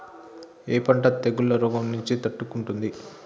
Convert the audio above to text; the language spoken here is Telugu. ఏ పంట తెగుళ్ల రోగం నుంచి తట్టుకుంటుంది?